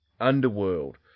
Underworld